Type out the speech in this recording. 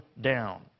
down